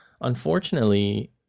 Unfortunately